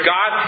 God